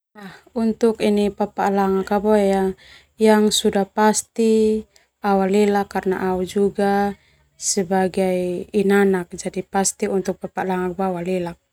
Untuk papa'a langak yang sudah pasti au alelak karna au juga sebagai inanak jadi pasti untuk.